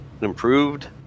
improved